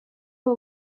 abo